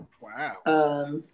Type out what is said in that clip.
Wow